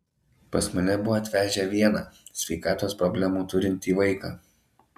pas mane buvo atvežę vieną sveikatos problemų turintį vaiką